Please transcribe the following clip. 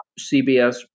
CBS